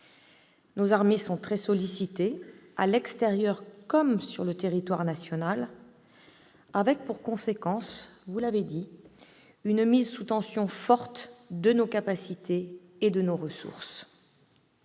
Nos armées sont très sollicitées, à l'extérieur comme sur le territoire national, avec pour conséquence une forte mise sous tension de nos capacités et de nos ressources.